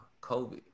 Kobe